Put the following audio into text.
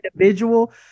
individual